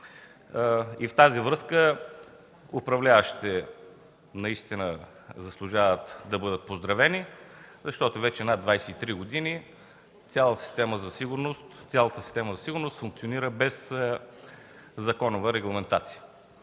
В тази връзка управляващите наистина заслужават да бъдат поздравени, защото вече над 23 години цялата система за сигурност функционира без законова регламентация.